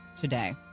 today